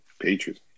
Patriots